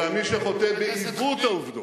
אלא למי שחוטא בעיוות העובדות.